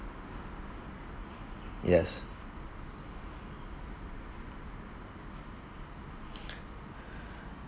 yes